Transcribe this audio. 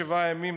שבעה ימים,